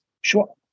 Sure